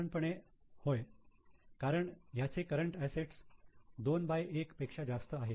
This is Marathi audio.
साधारणपणे होय कारण त्यांचे करंट असेट्स 2 बाय 1 पेक्षा जास्त आहेत